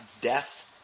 death